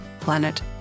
planet